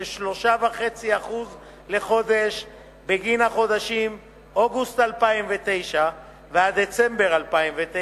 3.5% לחודש בגין החודשים אוגוסט 2009 ועד דצמבר 2009,